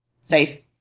safe